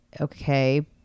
okay